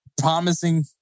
Promising